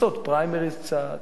לעשות פריימריס קצת,